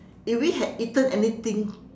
if we had eaten anything